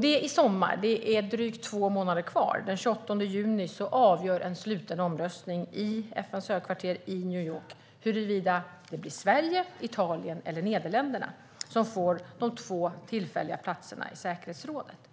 Det är två månader kvar; i sommar, den 28 juni, avgör man genom en sluten omröstning i FN:s högkvarter i New York vilka två länder av Sverige, Italien och Nederländerna som får de två tillfälliga platserna i säkerhetsrådet.